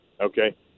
Okay